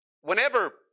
Whenever